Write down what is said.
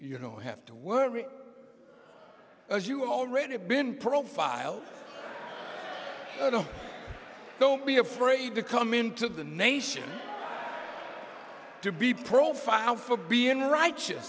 you know have to worry as you already have been profiled don't be afraid to come into the nation to be profiled for being the righteous